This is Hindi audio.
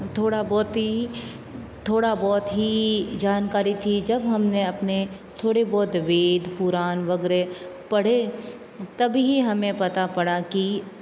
थोड़ा बहुत ही थोड़ा बहुत ही जानकारी थी जब हम ने अपने थोड़े बहुत वैद पुराण वग़ैरह पढ़े तभी हमें पता पड़ा कि